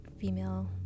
female